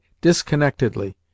disconnectedly